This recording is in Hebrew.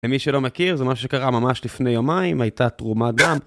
למי שלא מכיר, זה משהו שקרה ממש לפני יומיים, הייתה תרומת דם.